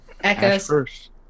Echoes